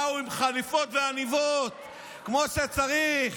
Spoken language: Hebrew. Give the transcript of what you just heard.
באו עם חליפות ועניבות כמו שצריך,